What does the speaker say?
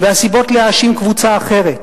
והסיבות להאשים קבוצה אחרת.